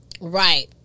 Right